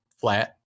flat